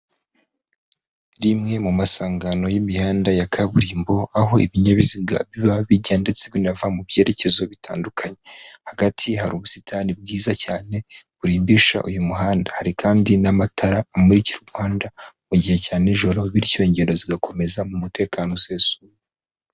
Rimwe mu masangano y'imihanda ya kaburimbo, aho ibinyabiziga biba bijya ndetse binava mu byerekezo bitandukanye, hagati hari ubusitani bwiza cyane burimbisha uyu muhanda, hari kandi n'amatara amurikira umuhanda mu gihe cya nijoro bityo ingendo zigakomeza mu mutekano usesuye.